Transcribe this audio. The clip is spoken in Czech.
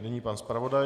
Nyní pan zpravodaj.